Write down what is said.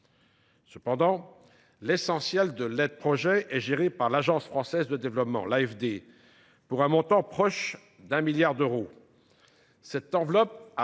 Cependant, l’essentiel de l’aide projet est géré par l’Agence française de développement pour un montant proche de 1 milliard d’euros. Cette enveloppe a